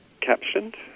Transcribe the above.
captioned